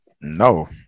No